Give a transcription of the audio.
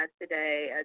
today